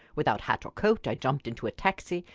without hat or coat i jumped into a taxi,